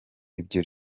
ibyo